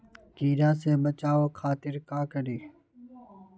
कीरा से बचाओ खातिर का करी?